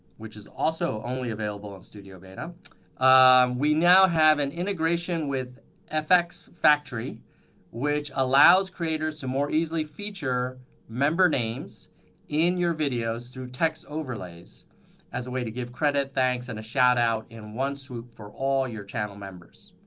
which is also only available on studio beta we now have an integration with fx factory which allows creators to more easily feature member names in your videos through text overlays as a way to give credit, thanks and a shout out in one swoop for all your channel members.